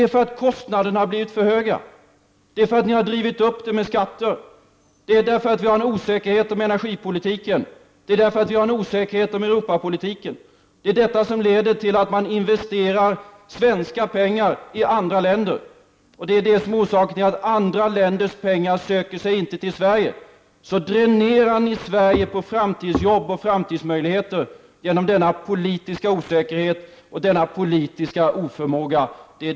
Jo, därför att kostnaderna har blivit för höga — ni har drivit upp dem med skatter. Det är därför att vi har en osäkerhet om energipolitiken och om Europapolitiken. Detta leder till att man investerar svenska pengar i andra länder, och det är också orsaken till att andra länders pengar inte söker sig till Sverige. På det sättet dränerar ni Sverige på framtidsjobb och framtidsmöjligheter, genom denna politiska osäkerhet och denna politiska oförmåga.